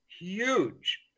huge